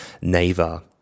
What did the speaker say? Naver